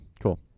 Cool